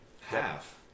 Half